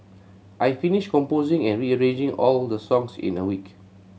I finished composing and rearranging all the songs in a week